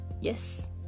Yes